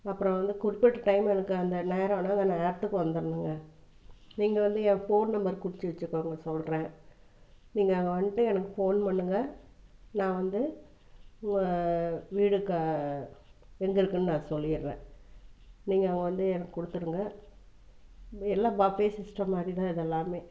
அப்றம் வந்து குறிப்பிட்ட டைம் எனக்கு அந்த நேரம்னா அந்த நேரத்துக்கு வந்துடணுங்க நீங்கள் வந்து என் ஃபோன் நம்பர் குறித்து வச்சுக்கோங்க சொல்கிறேன் நீங்கள் வந்துட்டு எனக்கு ஃபோன் பண்ணுங்கள் நான் வந்து இங்கே வீடு எங்கே இருக்குன்னு நான் சொல்லிடுறேன் நீங்கள் வந்து எனக்கு கொடுத்துடுங்க எல்லாம் பஃபே சிஸ்டம் மாதிரிதான் இது எல்லாம்